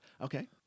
okay